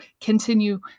continue